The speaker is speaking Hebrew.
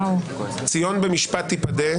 ציון במשפט תיפדה,